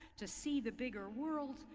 to see the bigger world,